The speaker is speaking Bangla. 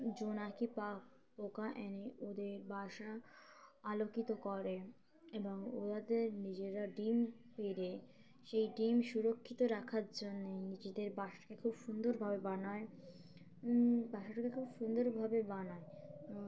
জোনাকি পা পোকা এনে ওদের বাসা আলোকিত করে এবং ওদের নিজেরা ডিম পেড়ে সেই ডিম সুরক্ষিত রাখার জন্যে নিজেদের বাসাকে খুব সুন্দরভাবে বানায় বাসাটাকে খুব সুন্দরভাবে বানায়